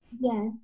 Yes